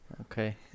Okay